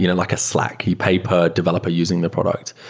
you know like a slack. you pay per developer using their product.